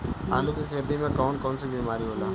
आलू की खेती में कौन कौन सी बीमारी होला?